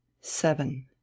Seven